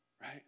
right